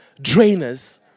drainers